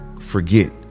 forget